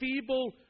feeble